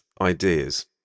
ideas